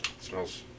Smells